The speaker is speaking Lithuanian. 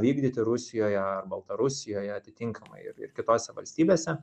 vykdyti rusijoje ar baltarusijoje atitinkamai ir ir kitose valstybėse